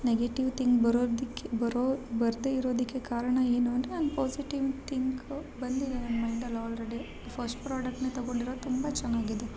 negative think ಬರೋದಕ್ಕೆ ಬರೋ ಬರದೇ ಇರೋದಕ್ಕೆ ಕಾರಣ ಏನು ಅಂದರೆ ನಾನು ಪಾಝಿಟಿವ್ ತಿಂಕ್ ಬಂದಿದೆ ನನ್ನ ಮೈಂಡಲ್ಲಿ ಆಲ್ರೆಡಿ ಫಸ್ಟ್ ಪ್ರಾಡಕ್ಟ್ನ ತಗೊಂಡಿರೋದು ತುಂಬಾ ಚೆನ್ನಾಗಿದೆ